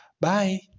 Bye